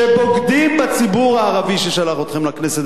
שבוגדים בציבור הערבי ששלח אתכם לכנסת,